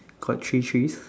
got three trees